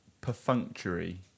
perfunctory